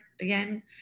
again